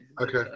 Okay